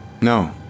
No